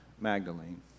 Magdalene